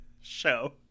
show